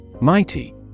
Mighty